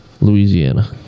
Louisiana